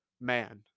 man